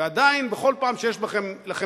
ועדיין בכל פעם שיש לכם,